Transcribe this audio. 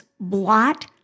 Blot